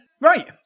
Right